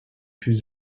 plus